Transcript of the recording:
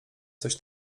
coś